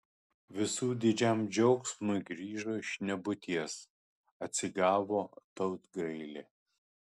visų didžiam džiaugsmui grįžo iš nebūties atsigavo tautgailė